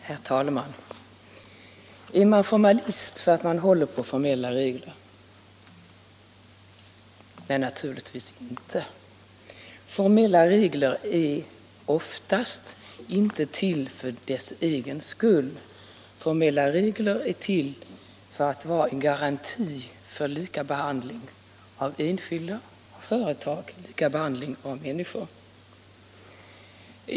Herr talman! Är man formalist för att man håller på formella regler? Nej, naturligtvis inte. Formella regler är oftast inte till för sin egen skull. De är till för att vara en garanti för lika behandling av enskilda och för lika behandling av företag, lika behandling av människor.